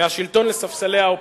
מהשלטון לספסלי האופוזיציה.